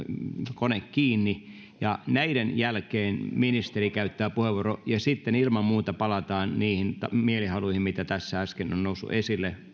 kone kiinni ja näiden jälkeen ministeri käyttää puheenvuoron ja sitten ilman muuta palataan niihin mielihaluihin mitä tässä äsken on noussut esille